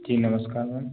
जी नमस्कार मैम